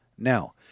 Now